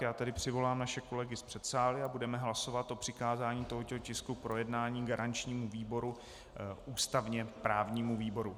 Já tedy přivolám naše kolegy z předsálí a budeme hlasovat o přikázání tohoto tisku k projednání garančnímu výboru ústavněprávnímu výboru.